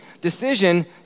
decision